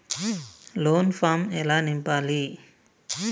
Loan form ఎలా నింపాలి?